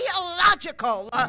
illogical